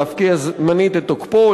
להפקיע זמנית את תוקפו,